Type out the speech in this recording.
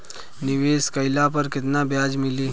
निवेश काइला पर कितना ब्याज मिली?